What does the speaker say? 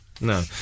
No